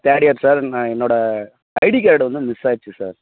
third year sir நான் என்னோட ID card வந்து மிஸ் ஆயிடுச்சு சார்